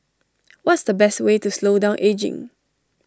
what's the best way to slow down ageing